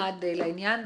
אחד לעניין,